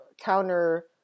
counter